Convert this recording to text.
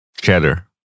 cheddar